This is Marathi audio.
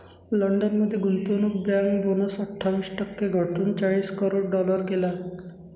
लंडन मध्ये गुंतवणूक बँक बोनस अठ्ठावीस टक्के घटवून चाळीस करोड डॉलर केला आहे